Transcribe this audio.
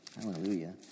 hallelujah